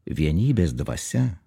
vienybės dvasia